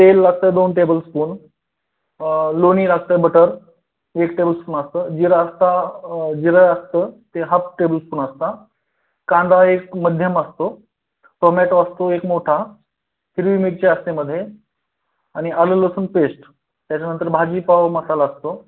तेल लागतं दोन टेबलस्पून लोणी लागतंय बटर एक टेबलस्पून असतं जिरा असता जिरं असतं ते हाफ टेबलस्पून असतं कांदा एक मध्यम असतो टोमॅटो असतो एक मोठा हिरवी मिरची असते मध्ये आणि आलू लसूण पेस्ट त्याच्यानंतर भाजीपाव मसाला असतो